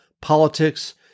politics